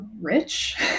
rich